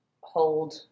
hold